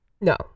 No